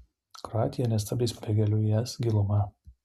kroatija nestabdys pabėgėlių į es gilumą